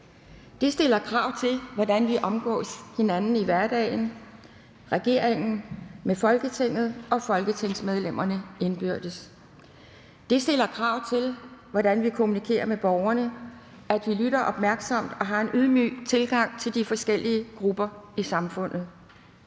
Det stiller krav til, hvordan vi omgås hinanden i dagligdagen – regeringen med Folketinget og folketingsmedlemmerne indbyrdes. Det stiller krav til, hvordan vi kommunikerer med borgerne – at vi lytter opmærksomt og har en ydmyg tilgang til de forskellige grupper i samfundet.